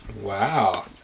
Wow